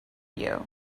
you